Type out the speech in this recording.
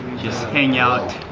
just hang out.